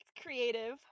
creative